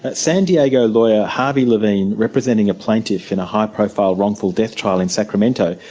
but san diego lawyer, harvey levine, representing a plaintiff in a high profile wrongful death trial in sacramento,